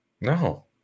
No